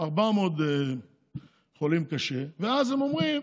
400 חולים קשה, ואז הם אומרים: